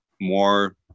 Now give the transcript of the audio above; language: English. more